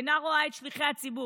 אינה רואה את שליחי הציבור,